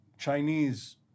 Chinese